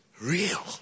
real